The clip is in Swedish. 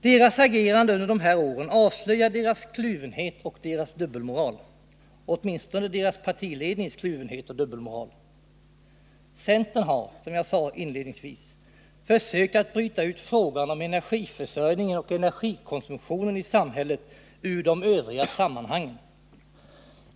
Dess agerande under de här åren avslöjar dess kluvenhet och dess dubbelmoral — åtminstone dess partilednings kluvenhet och dubbelmoral. Centern har, som jag sade inledningsvis, försökt att bryta ut frågan om energiförsörjningen och energikonsumtionen i samhället ur de övriga sammanhangen.